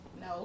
No